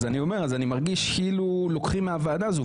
אני מרגיש כאילו לוקחים מהוועדה הזאת,